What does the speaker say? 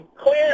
clear